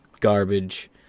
garbage